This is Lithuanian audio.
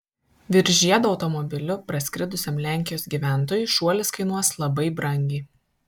virš žiedo automobiliu praskridusiam lenkijos gyventojui šuolis kainuos labai brangiai